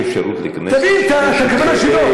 תבין את הכוונה שלו.